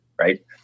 right